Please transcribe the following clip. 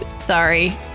Sorry